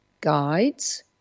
guides